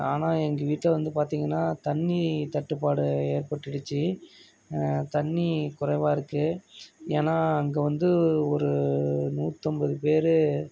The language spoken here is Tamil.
ஆனால் எங்கள் வீட்டில் வந்து பார்த்தீங்கன்னா தண்ணி தட்டுப்பாடு ஏற்பட்டுடிச்சி தண்ணி குறைவா இருக்குது ஏன்னால் அங்கே வந்து ஒரு நூத்தம்பது பேரு